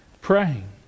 praying